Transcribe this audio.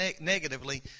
negatively